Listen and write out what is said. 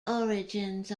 origins